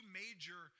major